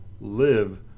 live